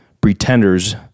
pretenders